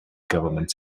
government